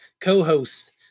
co-host